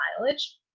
mileage